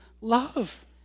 love